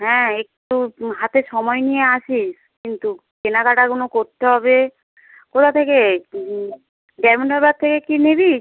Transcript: হ্যাঁ একটু হাতে সময় নিয়ে আসিস কিন্তু কেনাকাটাগুনো করতে হবে কোথা থেকে ডায়মন্ড হারবার থেকে কি নিবি